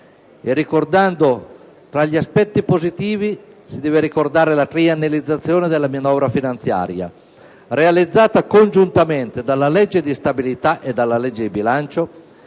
finanziario. Tra gli aspetti positivi si deve ancora ricordare la triennalizzazione della manovra finanziaria, realizzata congiuntamente dalla legge di stabilità e dalla legge di bilancio.